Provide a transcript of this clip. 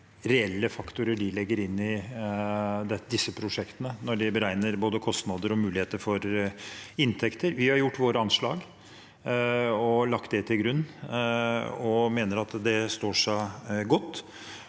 reelle faktorer de legger inn i disse prosjektene, når de beregner både kostnader og muligheter for inntekter. Vi har gjort våre anslag og lagt det til grunn, og vi mener at det står seg godt,